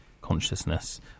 consciousness